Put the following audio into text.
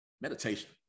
meditation